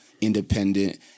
independent